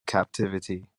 captivity